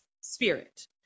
spirit